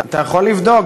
אתה יכול לבדוק,